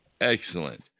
Excellent